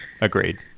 Agreed